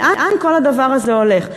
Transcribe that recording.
לאן כל הדבר הזה הולך?